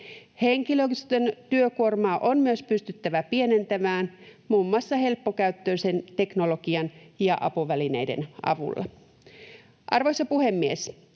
henkilöstön työkuormaa on pystyttävä pienentämään, muun muassa helppokäyttöisen teknologian ja apuvälineiden avulla. Arvoisa puhemies!